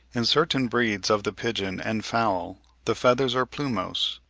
in certain breeds of the pigeon and fowl the feathers are plumose,